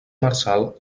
marçal